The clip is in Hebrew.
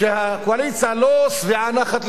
שהקואליציה לא שבעת נחת,